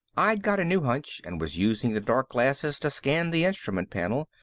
i'd got a new hunch and was using the dark glasses to scan the instrument panel.